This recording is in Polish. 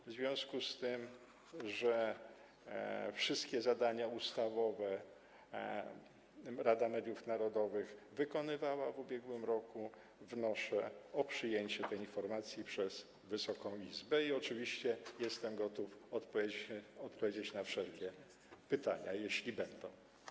W związku z tym, że wszystkie zadania ustawowe Rada Mediów Narodowych wykonywała w ubiegłym roku, wnoszę o przyjęcie tej informacji przez Wysoką Izbę i oczywiście jestem gotów odpowiedzieć na wszelkie pytania, jeśli będą.